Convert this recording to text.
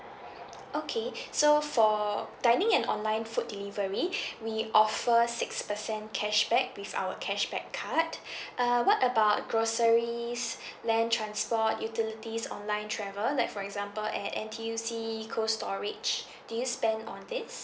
okay so for dining and online food delivery we offer six percent cashback with our cashback card uh what about groceries land transport utilities online travel like for example at N_T_U_C Cold Storage do you spend on this